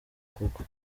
kugwa